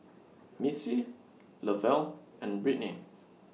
Missie Lovell and Brittnee